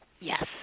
Yes